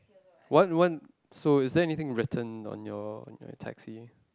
one one so is there anything written on your your taxi